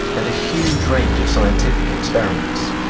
and a huge range of scientific experiments.